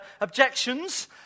objections